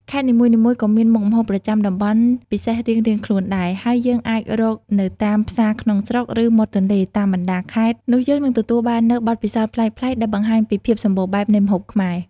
ខេត្តនីមួយៗក៏មានមុខម្ហូបប្រចាំតំបន់ពិសេសរៀងៗខ្លួនដែរ ហើយយើងអាចរកនៅតាម ផ្សារក្នុងស្រុក ឬ មាត់ទន្លេ តាមបណ្ដាខេត្ត នោះយើងនឹងទទួលបាននូវបទពិសោធន៍ប្លែកៗ ដែលបង្ហាញពីភាពសម្បូរបែបនៃម្ហូបខ្មែរ ។